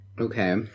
Okay